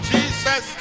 Jesus